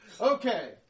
Okay